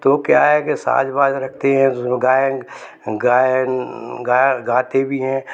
तो क्या है कि साज़ बाज़ रखते हैं गायन गायन गाते भी हैं